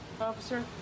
Officer